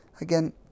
Again